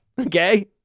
okay